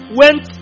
went